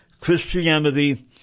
Christianity